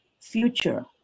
future